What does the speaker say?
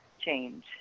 change